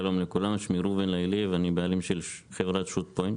שלום לכולם שמי ראובן לאיליאב ואני בעלים של חברת שוטפוינט.